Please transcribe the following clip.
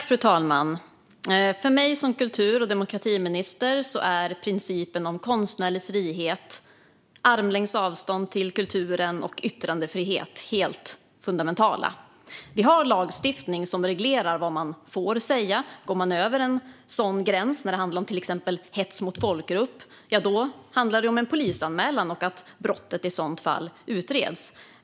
Fru talman! För mig som kultur och demokratiminister är principen om konstnärlig frihet, armlängds avstånd till kulturen och yttrandefrihet helt fundamentala. Vi har lagstiftning som reglerar vad man får säga. Om man går över en sådan gräns när det gäller till exempel hets mot folkgrupp handlar det om en polisanmälan och att brottet i så fall utreds.